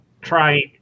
try